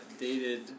dated